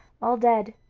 all dead,